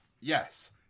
Yes